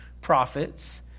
prophets